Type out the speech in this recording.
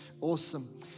Awesome